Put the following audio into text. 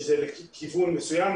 שזה כיוון מסוים,